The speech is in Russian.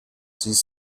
связи